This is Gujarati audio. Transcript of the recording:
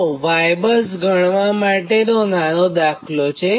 તો Y બસ ગણવા માટેનો નાનો દાખલો છે